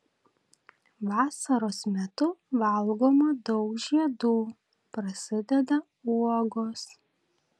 vasaros metu valgoma daug žiedų prasideda uogos